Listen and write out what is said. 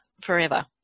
forever